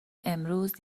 امروز